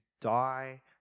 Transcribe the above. die